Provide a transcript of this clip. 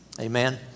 amen